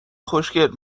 خوشگل